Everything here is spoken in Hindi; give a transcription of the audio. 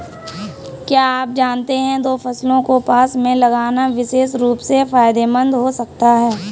क्या आप जानते है दो फसलों को पास में लगाना विशेष रूप से फायदेमंद हो सकता है?